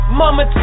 mama